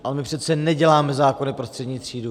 Ale my přece neděláme zákony pro střední třídu.